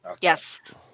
yes